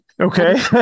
Okay